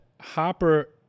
Hopper